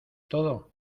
todo